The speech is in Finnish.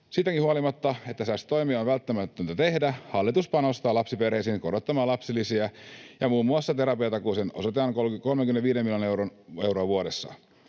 Siitäkin huolimatta, että säästötoimia on välttämätöntä tehdä, hallitus panostaa lapsiperheisiin korottamalla lapsilisiä ja muun muassa terapiatakuuseen osoitetaan 35 miljoonaa euroa vuodessa.